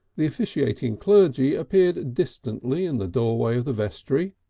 the officiating clergy appeared distantly in the doorway of the vestry,